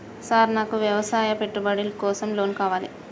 Sir నాకు వ్యవసాయ పెట్టుబడి కోసం లోన్ కావాలి?